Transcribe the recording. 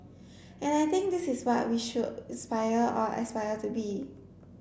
and I think this is what we all should inspire or aspire to be